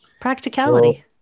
Practicality